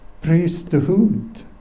priesthood